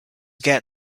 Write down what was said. get